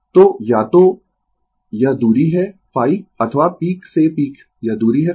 तो या तो यह दूरी है ϕ अथवा पीक से पीक यह दूरी है ϕ